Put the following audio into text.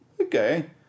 okay